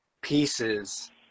pieces